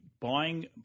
buying